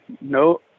no